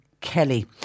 Kelly